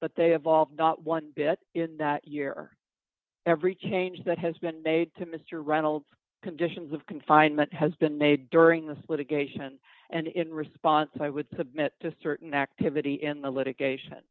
but they evolved not one bit in that year every change that has been made to mr reynolds conditions of confinement has been made during this litigation and in response i would submit to certain activity in the litigation